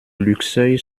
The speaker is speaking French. luxeuil